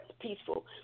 peaceful